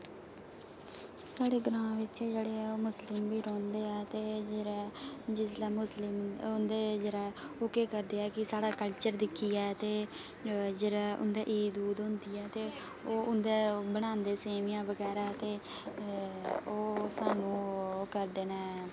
साढ़े ग्रां बिच जेह्ड़े मुस्लिम बी रौहंदे ऐ ते जिसलै मुस्लिम होंदे जेल्लै ओह् केह् करदे की साढ़ा कल्चर दिक्खियै ते जेल्लै उंदे ईद होंदी ऐ ते ओह् उंदे बनांदे सेवियां बगैरा ते ओह् स्हानू ओह् करदे न